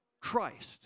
Christ